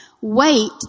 wait